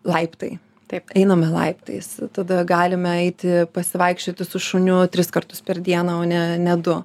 laiptai taip einame laiptais tada galime eiti pasivaikščioti su šuniu tris kartus per dieną o ne ne du